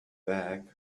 bag